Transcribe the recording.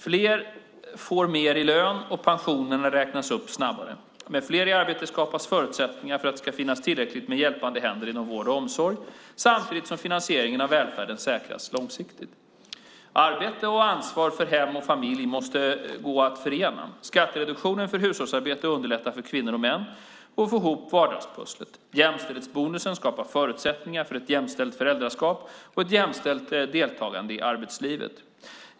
Fler får mer i lön och pensionerna räknas upp snabbare. Med fler i arbete skapas förutsättningar för att det ska finnas tillräckligt med hjälpande händer inom vård och omsorg samtidigt som finansieringen av välfärden säkras långsiktigt. Arbete och ansvar för hem och familj måste gå att förena. Skattereduktionen för hushållsarbete underlättar för kvinnor och män att få ihop vardagspusslet. Jämställdhetsbonusen skapar förutsättningar för ett jämställt föräldraskap och ett jämställt deltagande i arbetslivet.